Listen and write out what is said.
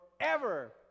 forever